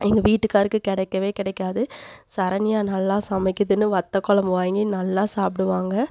எங்கள் வீட்டுக்காருக்கு கிடைக்கவே கிடைக்காது சரண்யா நல்லா சமைக்கிதுன்னு வத்தக்கொழம்பு வாங்கி நல்லா சாப்பிடுவாங்க